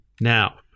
Now